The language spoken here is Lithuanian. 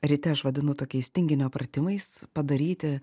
ryte aš vadinu tokiais tinginio pratimais padaryti